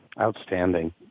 Outstanding